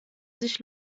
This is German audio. sich